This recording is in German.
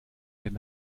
den